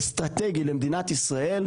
אסטרטגי למדינת ישראל,